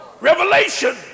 Revelation